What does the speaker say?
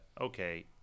okay